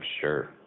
sure